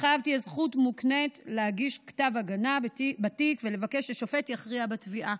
לחייב תהיה זכות מוקנית להגיש כתב הגנה בתיק ולבקש ששופט יכריע בתביעה.